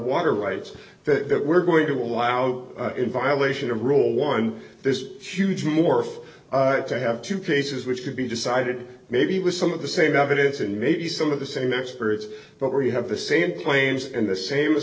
water rights that we're going to allow to in violation of rule one this huge morph to have two cases which could be decided maybe with some of the same evidence and maybe some of the same experts but where you have the same claims and the same